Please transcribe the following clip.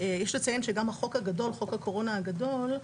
יש לציין שגם חוק הקורונה הגדול,